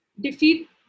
defeat